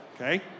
okay